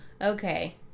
okay